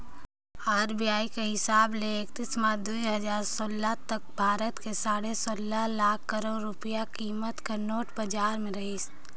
RBI कर हिसाब ले एकतीस मार्च दुई हजार सोला तक भारत में साढ़े सोला लाख करोड़ रूपिया कीमत कर नोट बजार में रहिस